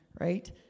right